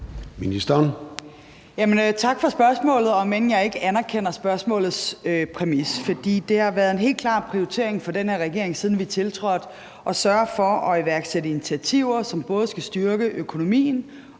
Tak for spørgsmålet, om end jeg ikke anerkender spørgsmålets præmis. For det har været en helt klar prioritering for den her regering, siden vi tiltrådte, at sørge for at iværksætte initiativer, som både skal styrke økonomien